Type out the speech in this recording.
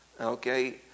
okay